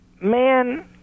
man